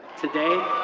today,